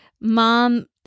mom